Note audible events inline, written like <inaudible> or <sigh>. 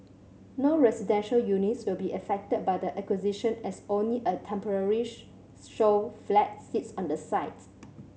no residential units will be affected by the acquisition as only a temporary <unintelligible> show flat sits on the site